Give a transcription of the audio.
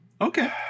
Okay